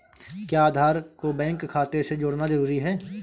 क्या आधार को बैंक खाते से जोड़ना जरूरी है?